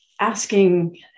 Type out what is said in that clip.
asking